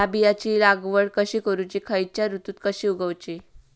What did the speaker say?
हया बियाची लागवड कशी करूची खैयच्य ऋतुत कशी उगउची?